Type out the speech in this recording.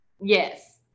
Yes